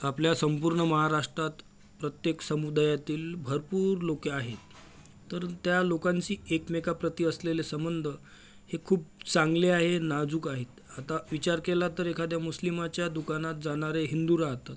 आपल्या संपूर्ण महाराष्ट्रात प्रत्येक समुदायातील भरपूर लोक आहेत तर त्या लोकांशी एकमेकांप्रती असलेले संबंध हे खूप चांगले आहे नाजूक आहे आता विचार केला तर एखाद्या मुस्लिमाच्या दुकानात जाणारे हिंदू राहतात